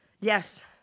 Yes